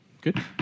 good